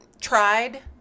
tried